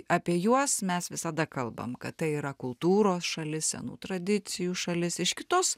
apie juos mes visada kalbam kad tai yra kultūros šalis senų tradicijų šalis iš kitos